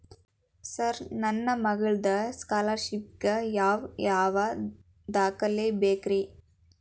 Sir ನನ್ನ ಮಗ್ಳದ scholarship ಗೇ ಯಾವ್ ಯಾವ ದಾಖಲೆ ಬೇಕ್ರಿ?